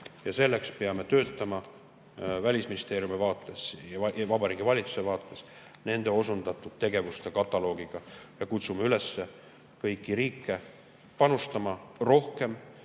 ja selleks peame töötama Välisministeeriumi vaates ja Vabariigi Valitsuse vaates nende osundatud tegevuste kataloogiga ning kutsume üles kõiki riike panustama rohkem,